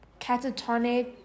Catatonic